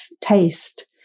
taste